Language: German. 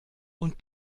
und